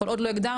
כל עוד לא הגדרנו,